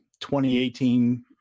2018